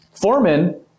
Foreman